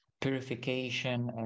purification